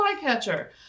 flycatcher